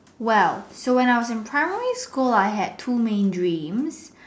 well so when I was in primary school I had two main dreams